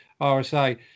RSA